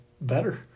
better